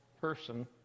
person